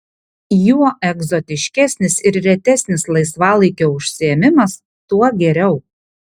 juo egzotiškesnis ir retesnis laisvalaikio užsiėmimas tuo geriau